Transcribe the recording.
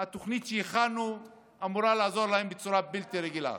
התוכנית שהכנו אמורה לעזור להם בצורה בלתי רגילה.